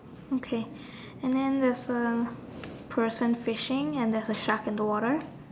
okay and then there's a person fishing and there's a shark in the water